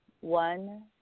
one